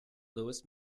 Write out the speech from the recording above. louis